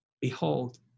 Behold